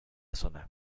zona